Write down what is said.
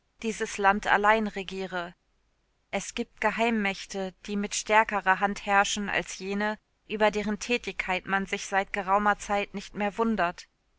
dieses land allein regiere es gibt geheimmächte die mit stärkerer hand herrschen als jene über deren tätigkeit man sich seit geraumer zeit nicht mehr wundert